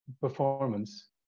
performance